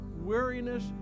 weariness